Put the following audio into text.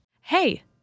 Hey